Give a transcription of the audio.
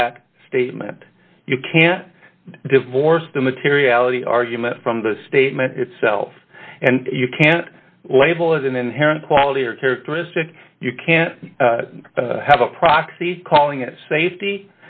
that statement you can't divorce the materiality argument from the statement itself and you can't label as an inherent quality or characteristic you can't have a proxy calling it